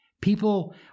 People